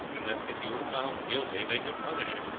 and that if he were found guilty they could punish him,